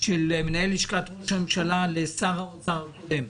של מנהל לשכת ראש הממשלה לשר האוצר הקודם,